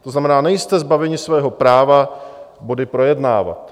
To znamená, nejste zbaveni svého práva body projednávat.